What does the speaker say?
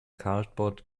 cardboard